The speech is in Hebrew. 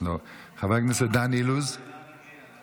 לא, חבר הכנסת דן אילוז איננו.